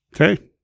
Okay